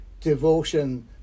devotion